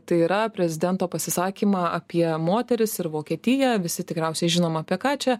tai yra prezidento pasisakymą apie moteris ir vokietiją visi tikriausiai žinom apie ką čia